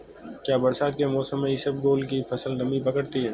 क्या बरसात के मौसम में इसबगोल की फसल नमी पकड़ती है?